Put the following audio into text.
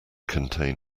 contain